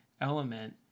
element